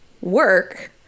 work